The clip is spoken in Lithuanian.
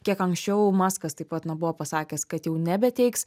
kiek anksčiau maskas taip pat na buvo pasakęs kad jau nebeteiks